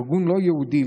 ארגון לא יהודי,